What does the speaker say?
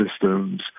systems